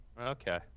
okay